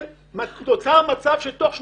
נוצר מצב שתוך שנתיים,